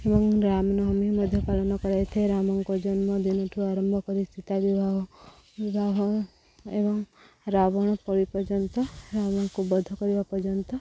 ଏବଂ ରାମନବମୀ ମଧ୍ୟ ପାଳନ କରାଯାଇଥାଏ ରାମଙ୍କ ଜନ୍ମ ଦିନଠୁ ଆରମ୍ଭ କରି ସୀତା ବିବାହ ବିବାହ ଏବଂ ରାବଣ ପୋଡ଼ି ପର୍ଯ୍ୟନ୍ତ ରାମଙ୍କୁ ବଧ କରିବା ପର୍ଯ୍ୟନ୍ତ